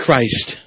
Christ